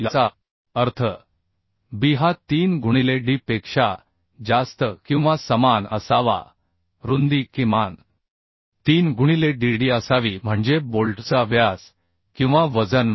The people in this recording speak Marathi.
याचा अर्थ b हा 3 गुणिले d पेक्षा जास्त किंवा समान असावा रुंदी किमान 3 गुणिले dd असावी म्हणजे बोल्टचा व्यास किंवा वजन